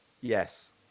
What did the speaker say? Yes